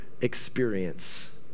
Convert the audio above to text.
experience